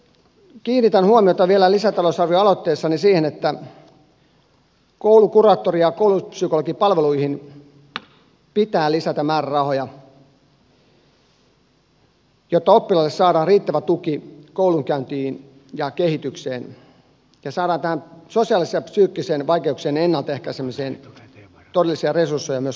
itse kiinnitän huomiota vielä lisätalousarvioaloitteessani siihen että koulukuraattori ja koulupsykologipalveluihin pitää lisätä määrärahoja jotta oppilaille saadaan riittävä tuki koulunkäyntiin ja kehitykseen ja saadaan tähän sosiaalisten ja psyykkisten vaikeuksien ennalta ehkäisemiseen todellisia resursseja myös kunnille